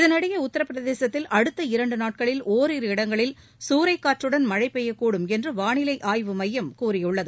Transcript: இதனிடையே உத்தரபிரதேசத்தில் அடுத்த இரண்டு நாட்களில் ஓரிரு இடங்களில் சூறைக் காற்றுடன் மழை பெய்யக்கூடும் என்று வானிலை ஆய்வு மையம் கூறியுள்ளது